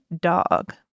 dog